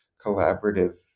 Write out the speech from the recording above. collaborative